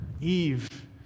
Eve